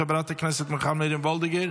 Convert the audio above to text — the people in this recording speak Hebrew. חברת הכנסת מיכל מרים וולדיגר,